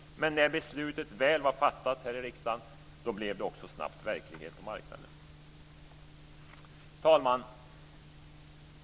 Men när beslutet väl var fattat här i riksdagen blev det också snabbt verklighet på marknaden. Fru talman!